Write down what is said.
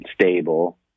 stable